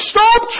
Stop